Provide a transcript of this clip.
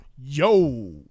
yo